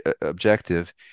objective